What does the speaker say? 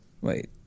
Wait